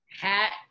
hat